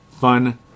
fun